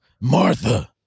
Martha